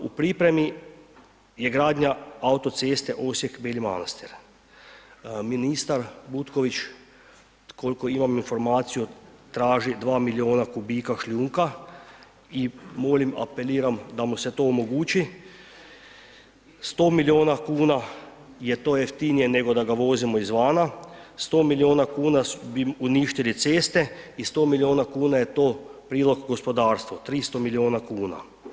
U pripremi je gradnja autoceste Osijek-Beli Manastir, ministar Butković, koliko imam informaciju, traži dva milijuna kubika šljunka i molim, apeliram, da mu se to omogući, 100 milijuna kuna je to jeftinije, nego da ga vozimo izvana, 100 milijuna kuna bi uništili ceste i 100 milijuna kuna je to prilog gospodarstvu, 300 milijuna kuna.